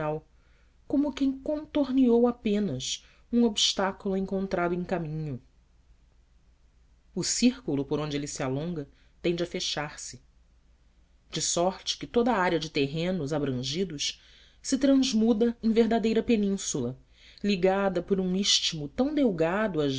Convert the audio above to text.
como quem contorneou apenas um obstáculo encontrado em caminho o círculo por onde ele se alonga tende a fechar-se de sorte que toda a área de terrenos abrangidos se transmuda em verdadeira península ligada por um istmo tão delgado às